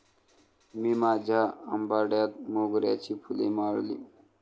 मी माझ्या आंबाड्यात मोगऱ्याची फुले माळली